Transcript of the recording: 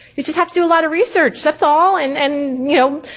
you just have to do a lot of research, that's all. and and you know,